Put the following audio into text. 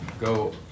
go